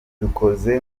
dukoze